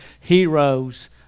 heroes